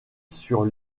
sur